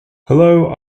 hullo